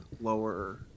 lower